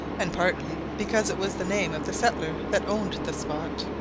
and partly because it was the name of the settler that owned the spot.